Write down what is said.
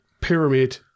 pyramid